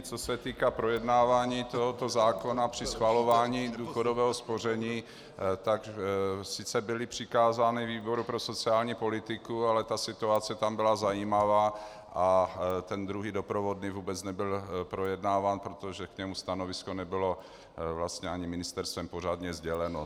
Co se týká projednávání tohoto zákona při schvalování důchodového spoření, tak sice byly přikázány výboru pro sociální politiku, ale ta situace tam byla zajímavá a ten druhý doprovodný nebyl vůbec projednáván, protože k němu nebylo stanovisko vlastně ani ministerstvem pořádně sděleno.